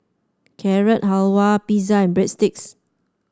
Carrot Halwa Pizza and Breadsticks